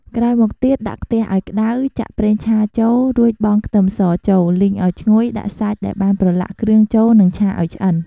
ក្រោយមកទៀត ដាក់ខ្ទះឱ្យក្ដៅ ចាក់ប្រងឆាចូល រួចបង់ខ្ទឹមសចូល លីងឱ្យឈ្ងុយ ដាក់សាច់ដែលបានប្រឡាក់គ្រឿងចូល និងឆាឱ្យឆ្អិន។